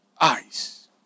eyes